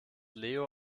leo